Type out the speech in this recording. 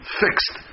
fixed